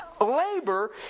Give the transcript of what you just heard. labor